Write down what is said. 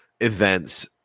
events